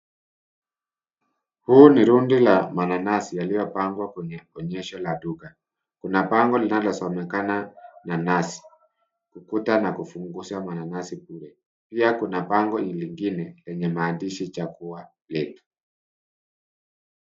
Huu ni rundo la mananasi yaliyopangwa kwenye onyesho la duka. Kuna bango linalosomekana nanasi ukuta na kufungusha mananasi bure. Pia kuna bango jingine lenye maandishi chaguo letu.